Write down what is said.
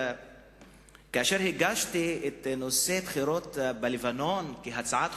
כאשר הגשתי את הנושא "בחירות בלבנון" כהצעה דחופה,